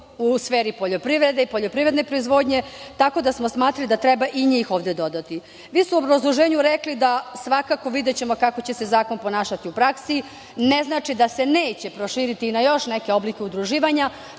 u sferi poljoprivrede i poljoprivredne proizvodnje, tako da smo smatrali da treba i njih ovde dodati. Vi ste u obrazloženju rekli da ćete videti kako će se zakon ponašati u praksi, što ne znači da se neće proširiti na još neke oblike udruživanja,